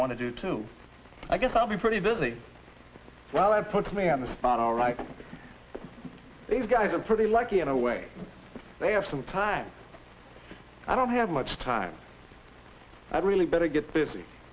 want to do to i guess i'll be pretty busy so i put me on the spot all right these guys are pretty lucky in a way that they have some time i don't have much time i really better get busy